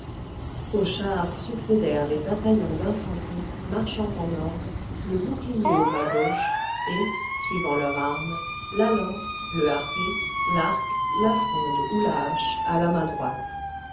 aux chars succédèrent les bataillons d'infanterie marchant en ordre le bouclier au bras gauche et suivant leur arme la lance le harpé l'arc la fronde ou la hache à la main droite